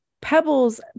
pebbles